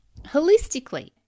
holistically